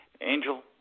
Angel